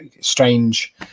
strange